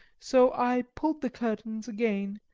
so i pulled the curtains again,